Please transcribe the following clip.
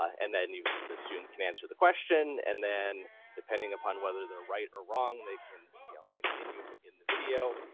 and then you the student can answer the question and then depending upon whether they're right or wrong, they can you know continue in the video.